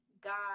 God